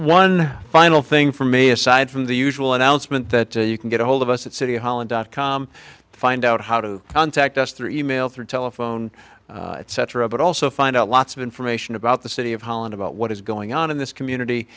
one final thing for me aside from the usual announcement that you can get ahold of us at city hall and dot com to find out how to contact us through email through telephone cetera but also find out lots of information about the city of holland about what is going on in this community